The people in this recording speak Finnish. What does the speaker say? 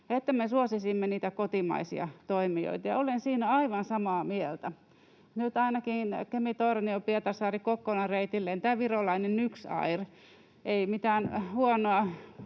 että me suosisimme niitä kotimaisia toimijoita, ja olen siinä aivan samaa mieltä. Nyt ainakin Kemi-Tornion—Kokkola-Pietarsaaren reitin lentää virolainen NyxAir. Ei mitään huonoa,